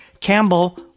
Campbell